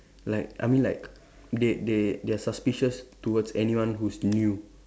like I mean like they they they are suspicious towards anyone who's new